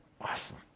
awesome